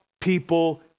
people